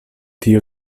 tio